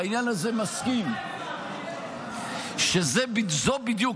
בעניין הזה אני מסכים שזאת בדיוק,